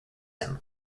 him